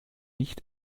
nicht